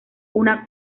una